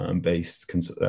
based